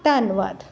ਧੰਨਵਾਦ